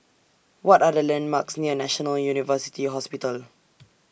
What Are The landmarks near National University Hospital